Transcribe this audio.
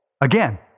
Again